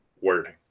wording